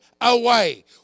away